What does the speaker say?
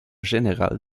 générale